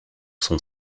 son